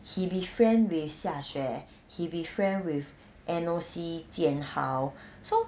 he be friend with xia xue he be friend with N_O_C jian hao so